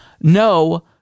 No